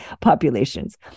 populations